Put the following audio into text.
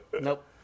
Nope